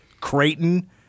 Creighton